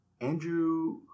Andrew